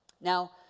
Now